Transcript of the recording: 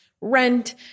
rent